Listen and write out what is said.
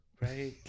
Right